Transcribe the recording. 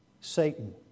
Satan